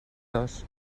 dos